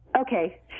Okay